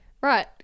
Right